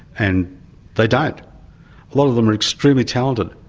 and they don't. a lot of them are extremely talented.